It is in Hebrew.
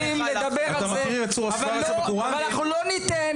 זה, אבל לא ניתן